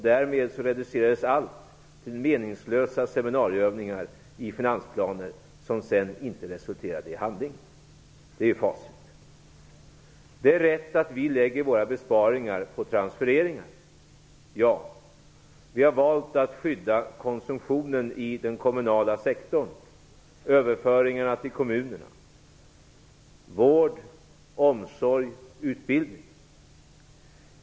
Därmed reducerades allt till meningslösa seminarieövningar i finansplaner som sedan inte resulterade i handling. Detta är facit! Det är rätt att vi lägger våra besparingar på transfereringar. Ja. Vi har valt att skydda konsumtionen inom den kommunala sektorn och överföringarna till kommunerna. Det gäller vård, omsorg och utbildning.